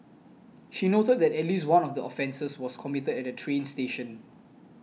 she noted that at least one of the offences was committed at a train station